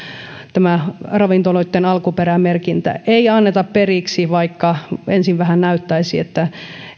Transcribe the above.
tämä ravintoloitten alkuperämerkintä ei anneta periksi vaikka ensin vähän näyttäisi että